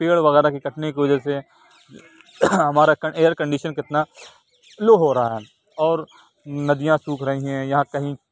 پیڑ وغیرہ کے کٹنے کی وجہ سے ہمارا ایئر کنڈیشن کتنا لو ہو رہا ہے اور ندیاں سوکھ رہی ہیں یا کہیں